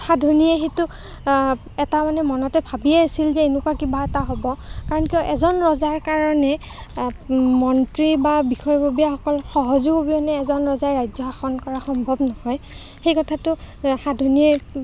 সাধনীয়ে সেইটো এটা মানে মনতে ভাবিয়েই আছিল যে এনেকুৱা কিবা এটা হ'ব কাৰণ কিয় এজন ৰজাৰ কাৰণে মন্ত্ৰী বা বিষয়ববীয়াসকলৰ সহযোগ অবিহনে এজন ৰজাই ৰাজ্য শাসন কৰা সম্ভৱ নহয় সেই কথাটো সাধনীয়ে